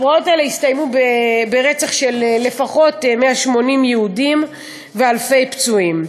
הפרעות האלה הסתיימו ברצח של לפחות 180 יהודים ובאלפי פצועים.